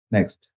Next